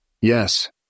Yes